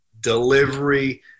delivery